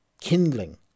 kindling